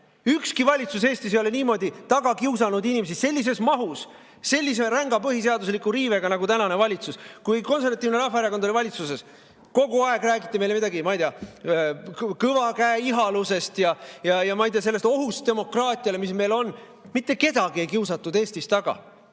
Ükski valitsus Eestis ei ole niimoodi taga kiusanud inimesi sellises mahus, sellise ränga põhiseadusliku riivega nagu tänane valitsus. Kui Konservatiivne Rahvaerakond oli valitsuses, siis kogu aeg räägiti meile midagi, ma ei tea, kõva käe ihalusest, ja ma ei tea, sellest ohust demokraatiale, mis meil on. Mitte kedagi ei kiusatud Eestis taga.